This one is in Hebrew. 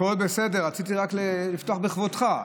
הכול בסדר, רציתי רק לפתוח בכבודך.